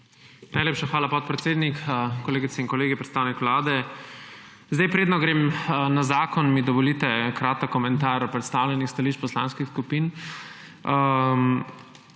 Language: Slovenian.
Najlepša hvala, podpredsednik. Kolegice in kolegi, predstavnik Vlade! Predno grem na zakon, mi dovolite en kratek komentar predstavljenih stališč poslanskih skupin.